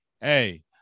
Hey